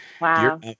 Wow